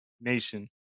nation